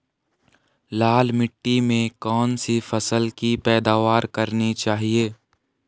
लाल मिट्टी में कौन सी फसल की पैदावार करनी चाहिए?